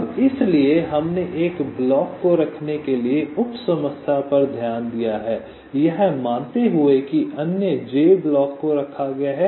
अब इसलिए हमने एक ब्लॉक को रखने के लिए उप समस्या पर ध्यान दिया है यह मानते हुए कि अन्य j ब्लॉक को रखा गया है